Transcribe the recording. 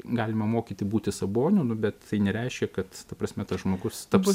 galima mokyti būti saboniu nu bet tai nereiškia kad ta prasme tas žmogus taps